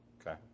Okay